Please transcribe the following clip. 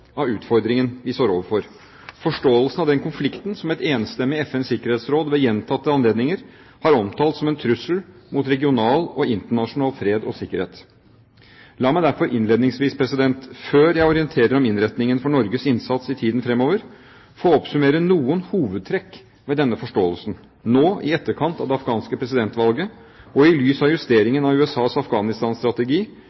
av de utfordringene vi står overfor, forståelsen av den konflikten som et enstemmig FNs sikkerhetsråd ved gjentatte anledninger har omtalt som en trussel mot regional og internasjonal fred og sikkerhet. La meg derfor innledningsvis, før jeg orienterer om innretningen for Norges innsats i tiden fremover, få oppsummere noen hovedtrekk ved denne forståelsen nå i etterkant av det afghanske presidentvalget, i lys av